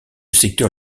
secteur